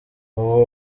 ubu